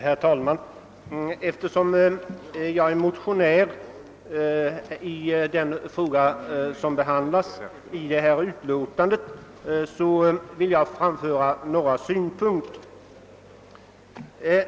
Herr talman! Jag vill framföra några synpunkter i egenskap av motionär i den fråga som behandlas i förevarande utlåtande.